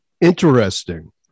Interesting